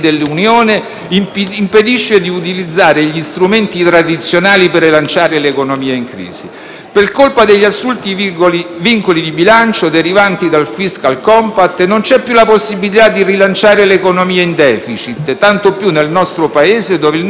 Per colpa degli assurdi vincoli di bilancio derivanti dal *fiscal compact* non c'è più la possibilità di rilanciare l'economia in *deficit,* tanto più nel nostro Paese, dove il nodo scorsoio del debito pubblico rischia di ipotecare persino il destino delle prossime generazioni.